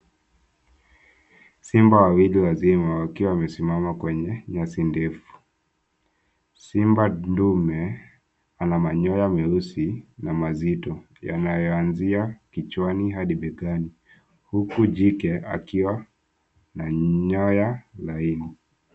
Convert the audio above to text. Simba wawili wazima wakiwa wamesimama kwenye nyasi ndefu. Simba ndume ana manyoya meusi na mazito yanayoanzia kichwani hadi begani, huku jike akiwa na nyoya laini.